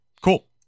Cool